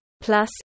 Plus